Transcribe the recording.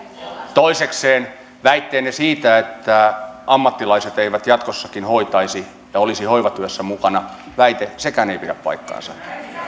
toisekseen sekään väitteenne että ammattilaiset eivät jatkossakin hoitaisi ja olisi hoivatyössä mukana ei pidä paikkaansa